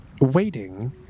waiting